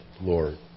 Lord